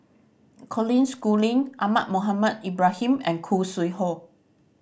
Colin Schooling Ahmad Mohamed Ibrahim and Khoo Sui Hoe